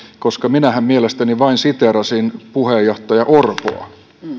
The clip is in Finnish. koska minähän mielestäni vain siteerasin puheenjohtaja orpoa